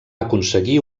aconseguir